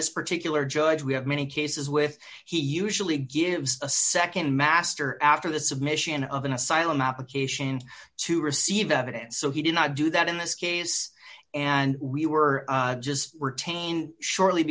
this particular judge we have many cases with he usually gives a nd master after the submission of an asylum application to receive evidence so he did not do that in this case and we were just retained shortly